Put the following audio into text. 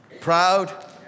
proud